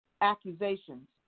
accusations